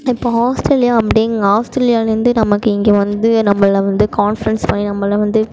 இப்போ ஆஸ்திரேலியா அப்டிங் ஆஸ்திரேலியாலேருந்து நமக்கு இங்கே வந்து நம்மளை வந்து கான்ஃபரன்ஸ் பண்ணி நம்மள வந்து